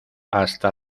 hasta